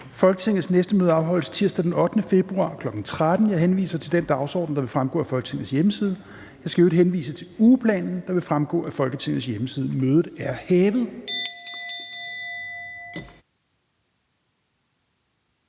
Folketingets næste møde afholdes tirsdag den 8. februar 2022, kl. 13.00. Jeg henviser til den dagsorden, der vil fremgå af Folketingets hjemmeside. Jeg skal i øvrigt henvise til ugeplanen, der vil fremgå af Folketingets hjemmeside. Mødet er hævet.